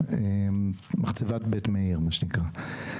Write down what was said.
זו מחצבת בית מאיר מה שנקרא.